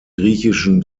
griechischen